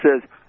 says